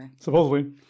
Supposedly